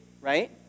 right